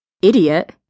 Idiot